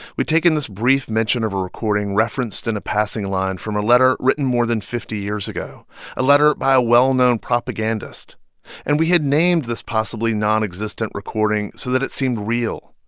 we'd taken this brief mention of a recording referenced in a passing line from a letter written more than fifty years ago a letter by a well-known propagandist and we had named this possibly nonexistent recording so that it seemed real,